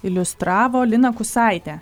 iliustravo lina kusaitę